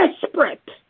Desperate